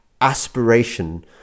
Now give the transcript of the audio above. aspiration